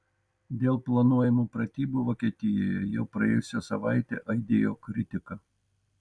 dėl planuojamų pratybų vokietijoje jau praėjusią savaitę aidėjo kritika